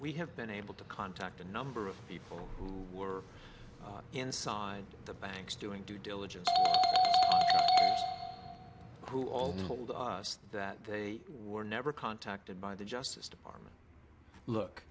we have been able to contact a number of people who were inside the banks doing due diligence who all told us that they were never contacted by the justice department look